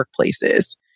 workplaces